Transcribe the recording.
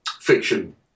fiction